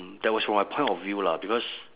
that was from my point of view lah because